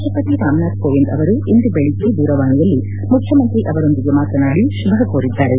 ರಾಷ್ಷಪತಿ ರಾಮನಾಥ್ ಕೋವಿಂದ್ ಅವರು ಇಂದು ಬೆಳಗ್ಗೆ ದೂರವಾಣಿಯಲ್ಲಿ ಮುಖ್ಯಮಂತ್ರಿ ಅವರೊಂದಿಗೆ ಮಾತನಾಡಿ ಶುಭ ಕೋರಿದ್ದಾರೆ